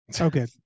Okay